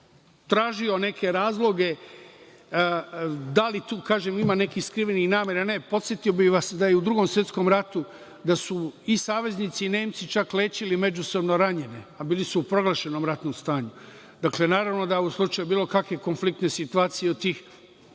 tražio neke razloge da li tu ima nekih skrivenih namera. Ne, podsetio bih vas, da i u Drugom svetskom ratu, da su i saveznici i Nemci, čak, lečili međusobno ranjene, a bili su u proglašenom ratnom stanju. Naravno, da u slučaju bilo kakve konfliktne situacije od tih